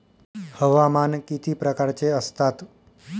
हवामान किती प्रकारचे असतात?